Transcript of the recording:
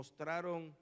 mostraron